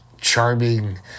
charming